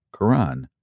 Quran